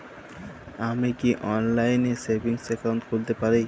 আমি কি অনলাইন এ সেভিংস অ্যাকাউন্ট খুলতে পারি?